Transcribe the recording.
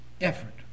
effort